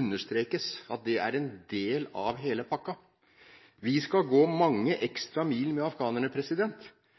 understrekes at det er en del av hele pakken. Vi skal gå mange